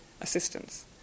assistance